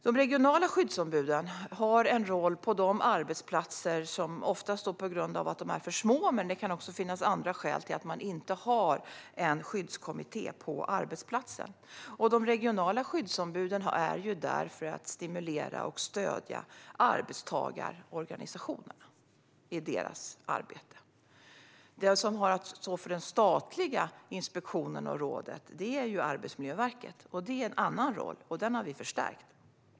De regionala skyddsombuden har en roll på de arbetsplatser som inte har en skyddskommitté. Att arbetsplatserna inte har det beror ofta på att de är för små, men det kan också finnas andra skäl till det. De regionala skyddsombuden är där för att stimulera och stödja arbetstagarorganisationerna i deras arbete. Den som står för den statliga inspektionen och för statliga råd är Arbetsmiljöverket, vilket är en annan roll. Den har vi dessutom förstärkt.